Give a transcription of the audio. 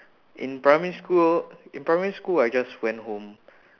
in primary school in primary school I just went home